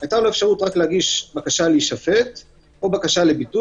הייתה לו אפשרות להגיש רק בקשה להישפט או בקשה לביטול.